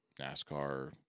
nascar